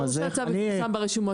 לא, זה ברור שהצו יפורסם ברשומות.